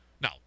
no